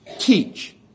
teach